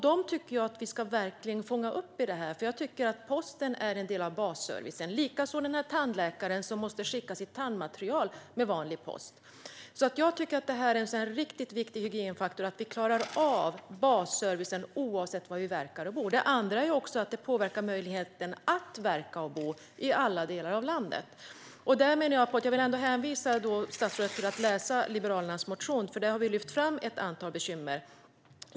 Dem tycker jag att vi verkligen ska fånga upp, för posten är en del av basservicen liksom det är för den tandläkare som måste skicka sitt tandmaterial med vanlig post. Jag tycker att det är en riktigt viktig hygienfaktor att vi klarar av basservicen oavsett var vi verkar och bor. En annan sak är att detta påverkar möjligheten att verka och bo i alla delar av landet. Jag vill hänvisa statsrådet till att läsa Liberalernas motion, där vi har lyft fram ett antal bekymmer.